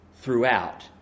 throughout